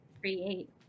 create